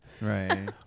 Right